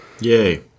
Yay